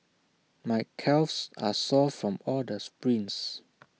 my calves are sore from all the sprints